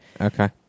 Okay